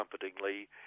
comfortingly